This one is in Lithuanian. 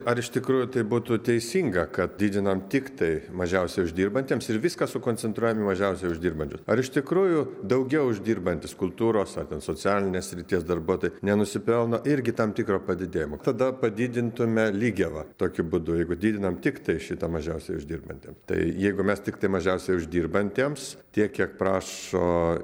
ar iš tikrųjų tai būtų teisinga kad didinam tiktai mažiausiai uždirbantiems ir viską sukoncentruojam į mažiausiai uždirbančius ar iš tikrųjų daugiau uždirbantys kultūros ar ten socialinės srities darbuotojai nenusipelno irgi tam tikro padidėjimo tada padidintume lygiavą tokiu būdu jeigu didinam tiktai šitą mažiausiai uždirbantiem tai jeigu mes tiktai mažiausiai uždirbantiems tiek kiek prašo